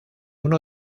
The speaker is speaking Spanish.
uno